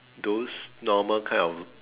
those normal kind of